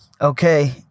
okay